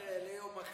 זה ליום אחר.